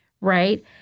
Right